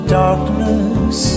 darkness